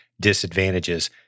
disadvantages